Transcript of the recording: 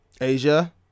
Asia